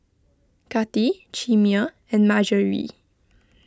Kati Chimere and Margery